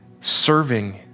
serving